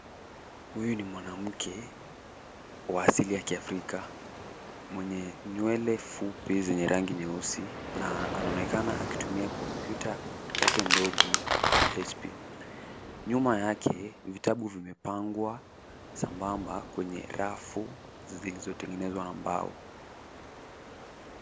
Huyu ni mwanamke wa asili ya Kiafrika mwenye nywele fupi zenye rangi nyeusi na anaonekana akitumia kompyuta yake ndogo ya HP. Nyuma yake vitabu vimepangwa sambamba kwenye rafu zilizotengenezwa na mbao.